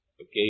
Okay